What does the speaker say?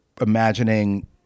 imagining